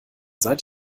seit